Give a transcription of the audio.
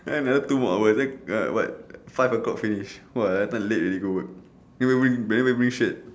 then another two more hours then ah what five O clock finish [what] happen late already go where he made me then make me shade